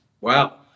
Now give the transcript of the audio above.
Wow